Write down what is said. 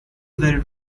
very